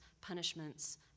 punishments